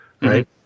right